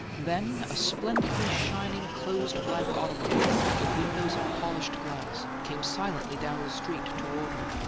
then a splendidly shining closed black automobile, with windows of polished glass, came silently down the street toward her.